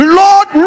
lord